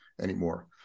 anymore